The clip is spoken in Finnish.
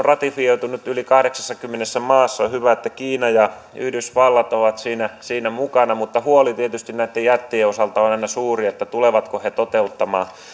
ratifioitu nyt yli kahdeksassakymmenessä maassa ja on hyvä että kiina ja yhdysvallat ovat siinä siinä mukana mutta huoli tietysti näitten jättien osalta on aina suuri tulevatko he toteuttamaan